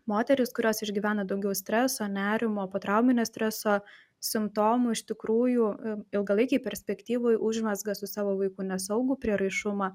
moterys kurios išgyvena daugiau streso nerimo potrauminio streso simptomų iš tikrųjų ilgalaikėj perspektyvoj užmezga su savo vaiku nesaugų prieraišumą